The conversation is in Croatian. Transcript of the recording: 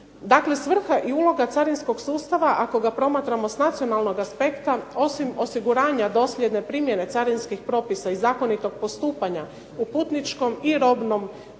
Dakle svrha i uloga carinskog sustava, ako ga promatramo s nacionalnog aspekta, osim osiguranja dosljedne primjene carinskih propisa i zakonitog postupanja u putničkom i robnom